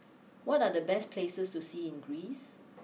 what are the best places to see in Greece